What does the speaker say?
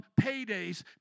paydays